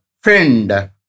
friend